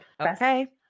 Okay